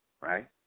right